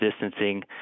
distancing